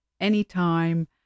anytime